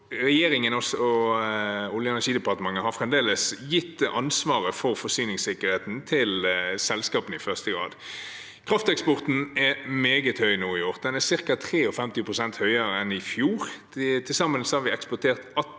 regjeringen og Olje- og energidepartementet har fremdeles gitt ansvaret for forsyningssikkerheten til selskapene, i første grad. Krafteksporten er meget høy i år. Den er ca. 53 pst. høyere enn i fjor. Til sammen har vi eksportert 18,5 TWh.